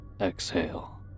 exhale